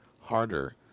harder